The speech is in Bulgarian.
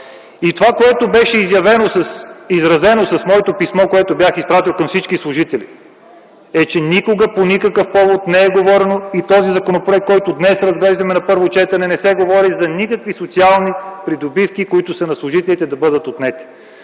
Това, което беше изразено с моето писмо, което бях изпратил до всички служители, е, че никога по никакъв повод не е говорено и в този законопроект, който днес разглеждаме на първо четене, не се говори за никакви социални придобивки, които са на служителите, да бъдат отнети.